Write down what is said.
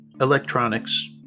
Electronics